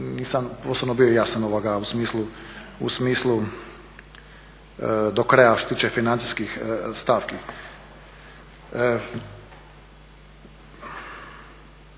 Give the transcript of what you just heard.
nisam … jasan u smislu do kraja što se tiče financijskih stavki.